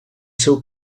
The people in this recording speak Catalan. seu